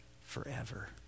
forever